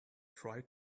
tried